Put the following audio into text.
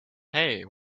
hey